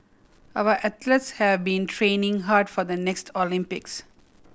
our athletes have been training hard for the next Olympics